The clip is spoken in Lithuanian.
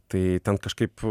tai ten kažkaip